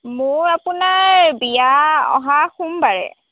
মোৰ আপোনাৰ বিয়া অহা সোমবাৰে